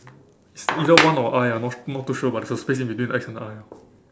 it's either one or I ah not not too sure but there's a space between X and I orh